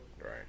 Right